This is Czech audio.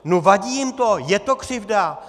No vadí jim to, je to křivda!